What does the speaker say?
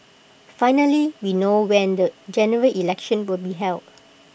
finally we know when the General Election will be held